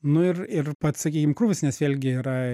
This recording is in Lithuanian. nu ir ir pats sakykim krūvis nes vėlgi yra